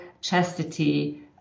chastity